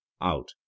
out